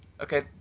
Okay